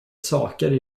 saker